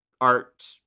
art